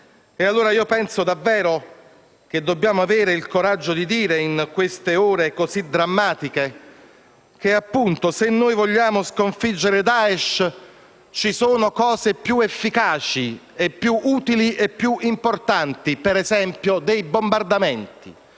Penso davvero che dobbiamo avere il coraggio di dire in queste ore così drammatiche che se vogliamo sconfiggere Daesh ci sono cose più efficaci, più utili e più importanti, dei bombardamenti.